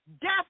Death